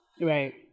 Right